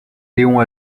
léon